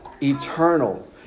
eternal